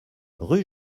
rue